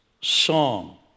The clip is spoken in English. Song